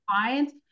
clients